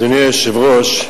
אדוני היושב-ראש,